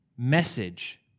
message